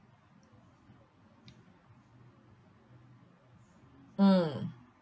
mm